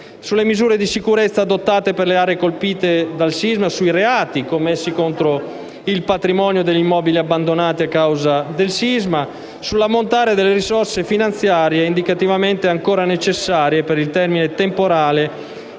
sulle misure di sicurezza adottate per le aree colpite dal sisma, sui reati commessi contro il patrimonio negli immobili abbandonati a causa del sisma, sull'ammontare delle risorse finanziarie indicativamente ancora necessarie e sul termine temporale